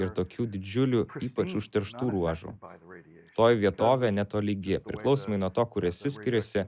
ir tokių didžiulių ypač užterštų ruožų toji vietovė netolygi priklausomai nuo to kur esi skiriasi